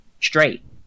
straight